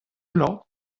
bloaz